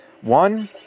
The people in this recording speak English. One